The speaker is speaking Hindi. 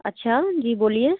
अच्छा जी बोलिए